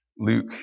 Luke